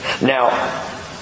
Now